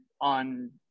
on